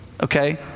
okay